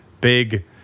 big